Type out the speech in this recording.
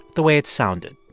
the way it sounded.